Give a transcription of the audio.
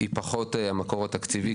היא פחות המקור התקציבי,